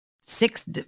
six